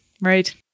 right